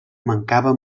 mancava